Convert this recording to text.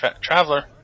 Traveler